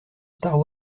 star